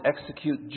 execute